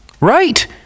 Right